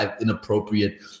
inappropriate